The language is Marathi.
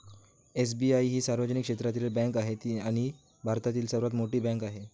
एस.बी.आई ही सार्वजनिक क्षेत्रातील बँक आहे आणि भारतातील सर्वात मोठी बँक आहे